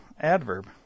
adverb